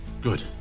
Good